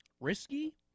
risky